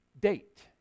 date